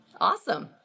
Awesome